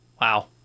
wow